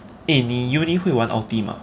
eh 你 university 会玩 ultimate mah